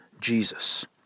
Jesus